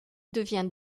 devient